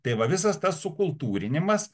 tai va visas tas sukultūrinimas